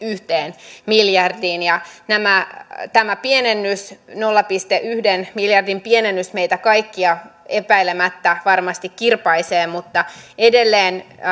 yhteen miljardiin ja tämä nolla pilkku yhden miljardin pienennys meitä kaikkia epäilemättä varmasti kirpaisee mutta edelleen